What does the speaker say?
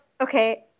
Okay